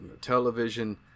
television